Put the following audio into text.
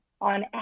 on